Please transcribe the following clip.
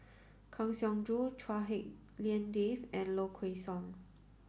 Kang Siong Joo Chua Hak Lien Dave and Low Kway Song